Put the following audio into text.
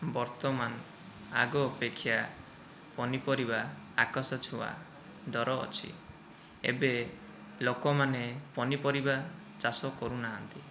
ବର୍ତ୍ତମାନ ଆଗ ଅପେକ୍ଷା ପନିପରିବା ଆକାଶଛୁଆଁ ଦର ଅଛି ଏବେ ଲୋକମାନେ ପନିପରିବା ଚାଷ କରୁନାହାନ୍ତି